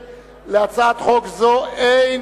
אני קובע שהצעת חוק גלי צה"ל,